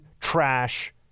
trash